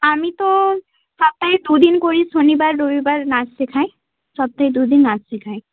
আমি তো সপ্তাহে দু দিন করে শনিবার রবিবার নাচ শেখাই সপ্তাহে দু দিন নাচ শেখাই